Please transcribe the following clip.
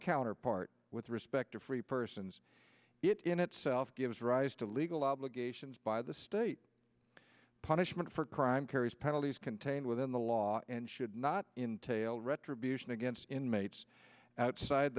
counterpart with respect to free persons it in itself gives rise to legal obligations by the state punishment for crime carries penalties contained within the law and should not entailed read tribute against inmates outside